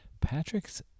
Patrick's